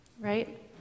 Right